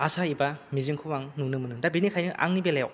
आसायैबा मिजिंखौ आं नुनो मोनो दा बेनि खायनो आंनि बेलायाव